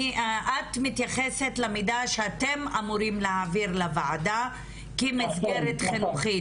את מתייחסת למידע שאתם אמורים להעביר לוועדה כמסגרת חינוכית.